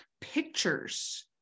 pictures